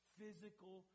physical